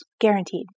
Guaranteed